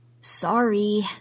Sorry